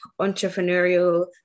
entrepreneurial